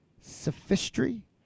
sophistry